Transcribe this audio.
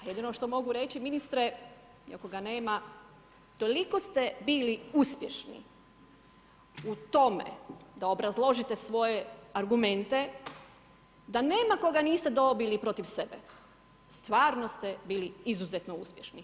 Jedino što mogu reći, ministre, ako ga nema, toliko ste bili uspješni u tome, da obrazložite svoje argumente, da nema koga niste dobili protiv sebe, stvarno ste bili izuzetno uspješni.